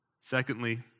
Secondly